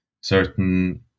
certain